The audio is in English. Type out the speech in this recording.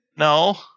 No